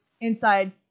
inside